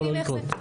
וזה יכול לא לקרות.